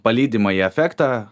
palydimąjį efektą